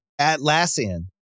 Atlassian